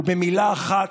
ובמילה אחת: